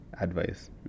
advice